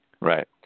Right